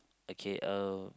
okay uh